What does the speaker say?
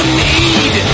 need